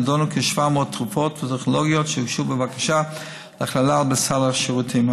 נדונו כ-700 תרופות וטכנולוגיות שהוגשה בקשה להכלילן בסל השירותים.